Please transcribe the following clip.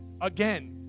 again